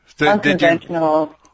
unconventional